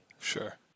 sure